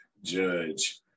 judge